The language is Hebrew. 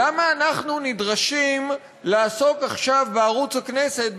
למה אנחנו נדרשים לעסוק עכשיו בערוץ הכנסת,